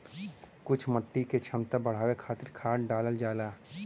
कुछ मिट्टी क क्षमता बढ़ावे खातिर खाद डालल जाला